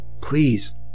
Please